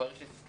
כבר יש הסכמים,